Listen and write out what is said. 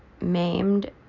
maimed